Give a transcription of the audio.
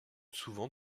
souvent